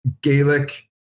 gaelic